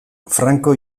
franco